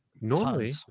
normally